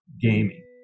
gaming